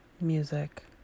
music